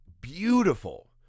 beautiful